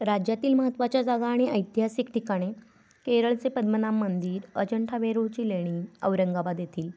राज्यातील महत्त्वाच्या जागा आणि ऐतिहासिक ठिकाणे केरळचे पद्मनाभ मंदिर अजिंठा वेरूळची लेणी औरंगाबाद येथील